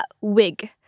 wig